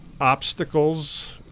obstacles